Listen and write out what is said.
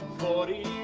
forty